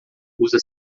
usa